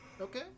Okay